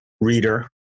reader